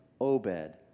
Obed